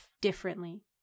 differently